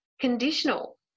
conditional